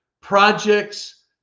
projects